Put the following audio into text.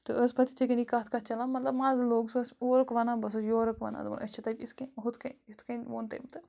تہٕ ٲس پَتہٕ یِتھَے کٔنی کَتھ کَتھ چَلان مطلب مَزٕ لوٚگ سُہ ٲس اورُک وَنان بہٕ ٲسٕس یورُک وَنان دوٚپُن أسۍ چھِ تَتہِ یِتھ کَنۍ ہُتھ کَنۍ یِتھ کَنۍ ووٚن تٔمۍ تہٕ